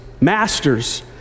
Masters